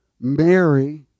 Mary